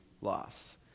loss